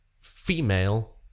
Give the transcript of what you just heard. female